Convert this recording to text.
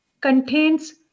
contains